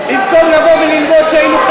במקום לבוא וללמוד שהיינו,